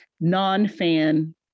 non-fan